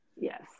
Yes